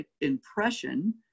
impression